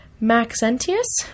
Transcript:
Maxentius